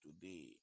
today